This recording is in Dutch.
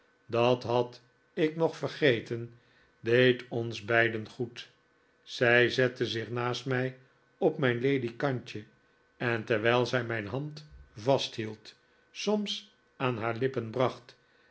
dat had ik nog vergeten deed ons beiden goed zij zette zich naast mij op mijn ledikantje en terwijl zij mijn hand vasthield soms aan haar lippen bracht